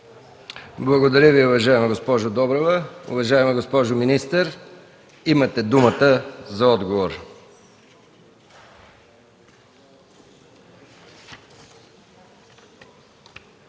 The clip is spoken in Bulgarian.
Благодаря Ви, уважаема госпожо Добрева. Уважаема госпожо министър, имате думата за отговор.